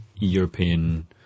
European